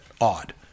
odd